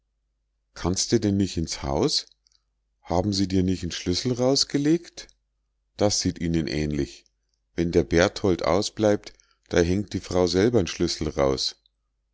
schlafen kannste denn nich ins haus haben sie dir nich'n schlüssel rausgelegt das sieht ihnen ähnlich wenn der berthold ausbleibt da hängt die frau selber'n schlüssel raus